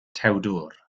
tewdwr